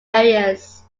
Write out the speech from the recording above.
areas